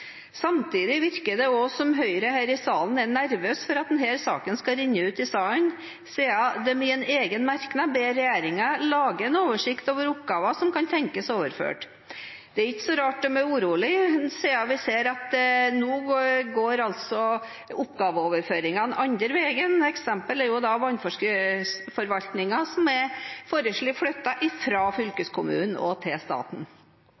Samtidig virker det som Høyre i denne salen er nervøs for at denne saken skal renne ut i sanden, siden de i en egen merknad ber regjeringen lage en oversikt over oppgaver som kan tenkes overført. Det er ikke så rart de er urolige, siden vi ser at oppgaveoverføringene nå går andre veien. Et eksempel er vannforvaltningen som er foreslått flyttet fra fylkeskommunen til staten.